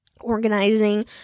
organizing